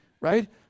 Right